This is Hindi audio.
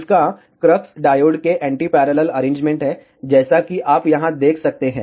इस का क्रक्स डायोड के एंटी पैरेलल अरेंजमेंट है जैसा कि आप यहाँ देख सकते हैं